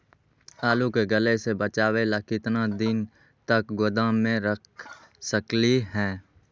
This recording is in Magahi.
आलू के गले से बचाबे ला कितना दिन तक गोदाम में रख सकली ह?